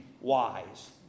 wise